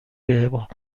بهم